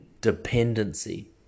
dependency